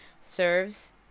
serves